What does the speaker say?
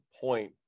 point